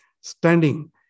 standing